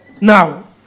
Now